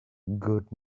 good